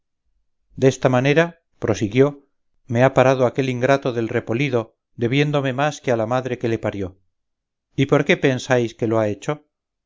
de cardenales desta manera prosiguió me ha parado aquel ingrato del repolido debiéndome más que a la madre que le parió y por qué pensáis que lo ha hecho